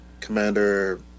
Commander